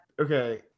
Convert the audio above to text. Okay